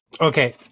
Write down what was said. Okay